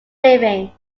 living